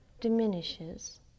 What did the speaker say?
diminishes